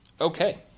Okay